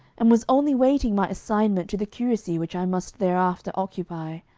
and was only waiting my assignment to the curacy which i must thereafter occupy.